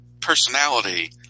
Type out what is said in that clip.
personality